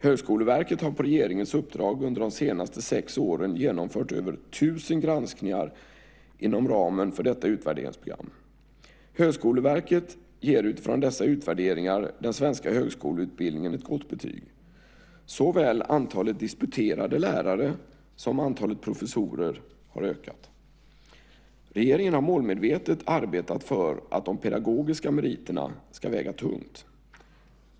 Högskoleverket har på regeringens uppdrag under de senaste sex åren genomfört över 1 000 granskningar inom ramen för detta utvärderingsprogram. Högskoleverket ger utifrån dessa utvärderingar den svenska högskoleutbildningen ett gott betyg. Såväl antalet disputerade lärare som antalet professorer har ökat. Regeringen har målmedvetet arbetat för att de pedagogiska meriterna ska väga tungt.